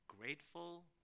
grateful